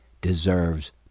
deserves